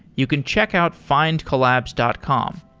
you can check out findcollabs dot com.